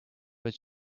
but